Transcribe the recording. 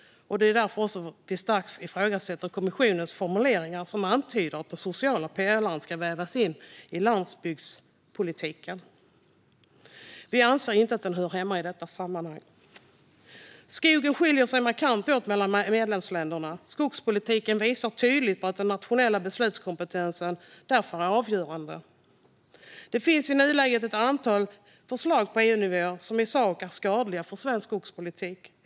Det är också därför vi starkt ifrågasätter kommissionens formuleringar som antyder att den sociala pelaren ska vävas in i landsbygdspolitiken. Vi anser inte att den hör hemma i detta sammanhang. Skogen skiljer sig markant åt mellan medlemsländerna. Skogspolitiken visar tydligt på att den nationella beslutskompetensen därför är avgörande. Det finns i nuläget ett antal förslag på EU-nivå som i sak är skadliga för svensk skogspolitik.